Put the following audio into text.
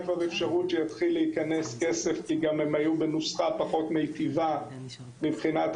אפשרות שיתחיל להיכנס כסף כי הם גם היו בנוסחה פחות מיטיבה בתשלומים.